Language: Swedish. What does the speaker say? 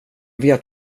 vet